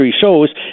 shows